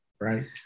Right